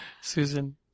Susan